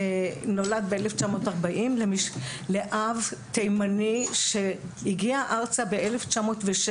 נולד ב-1940 לאב תימני שהגיע ארצה ב-1906,